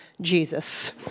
Jesus